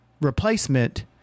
replacement